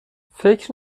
فکر